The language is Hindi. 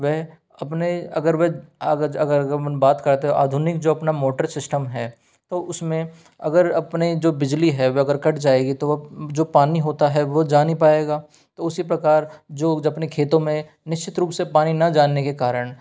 वह अपने अगर वे मन बात करते हों आधुनिक जो अपना मोटर सिस्टम है तो उसमें अगर अपने जो बिजली है वे अगर कट जाएगी तो वो जो पानी होता है वो जा नहीं पायेगा तो उसी प्रकार जो जपने खेतों में निश्चित रूप से पानी न जाने के कारण